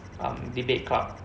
um debate club